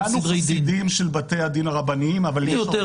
כולנו חסידים של בתי הדין הרבניים -- מי יותר,